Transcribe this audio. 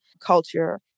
culture